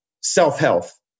self-health